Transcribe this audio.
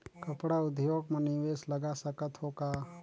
कपड़ा उद्योग म निवेश लगा सकत हो का?